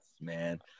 man